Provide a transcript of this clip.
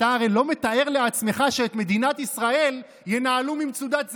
"אתה הרי לא מתאר לעצמך שאת מדינת ישראל ינהלו ממצודת זאב?